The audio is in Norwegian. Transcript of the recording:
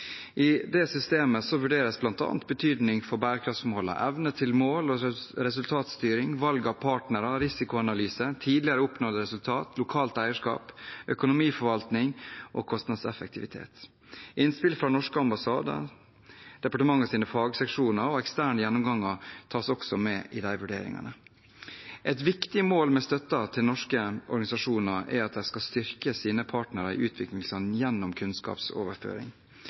I det systemet vurderes bl.a. betydning for bærekraftsmålene, evne til mål- og resultatstyring, valg av partnere, risikoanalyser, tidligere oppnådde resultater, lokalt eierskap, økonomiforvaltning og kostnadseffektivitet. Innspill fra norske ambassader, departementets fagseksjoner og eksterne gjennomganger tas også med i de vurderingene. Et viktig mål med støtten til norske organisasjoner er at de skal styrke sine partnere i utviklingsland gjennom kunnskapsoverføring.